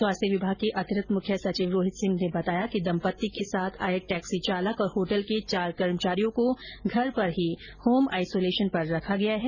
स्वास्थ्य विभाग के अतिरिक्त मुख्य सचिव रोहित सिंह ने बताया कि दम्पत्ति के साथ आये टैक्सी चालक और होटल के चार कर्मचारियों को घर पर ही होम आईसोलेशन पर रखा गया है